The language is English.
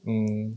hmm